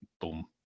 Boom